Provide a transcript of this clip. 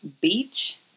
beach